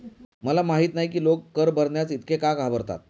मला माहित नाही की लोक कर भरण्यास इतके का घाबरतात